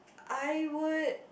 I would